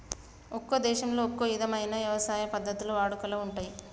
ఒక్కో దేశంలో ఒక్కో ఇధమైన యవసాయ పద్ధతులు వాడుకలో ఉంటయ్యి